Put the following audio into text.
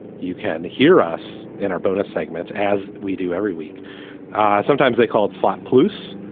you can hear us in our bonus segments as we do every week sometimes they call it slot. plus,